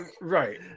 right